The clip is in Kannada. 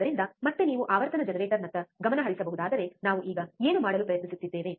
ಆದ್ದರಿಂದ ಮತ್ತೆ ನೀವು ಆವರ್ತನ ಜನರೇಟರ್ನತ್ತ ಗಮನ ಹರಿಸಬಹುದಾದರೆ ನಾವು ಈಗ ಏನು ಮಾಡಲು ಪ್ರಯತ್ನಿಸುತ್ತಿದ್ದೇವೆ